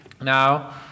Now